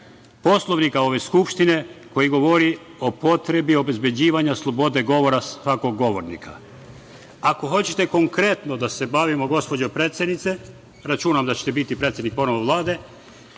Poslovnika ove Skupštine, koji govori o potrebi obezbeđivanja slobode govora svakog govornika. Ako hoćete konkretno da se bavimo, gospođo predsednice, računam da ćete biti predsednik Vlade